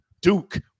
Duke